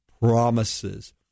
promises